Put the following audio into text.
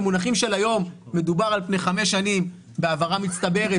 במונחים של היום מדובר על פני חמש שנים בהעברה מצטברת